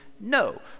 no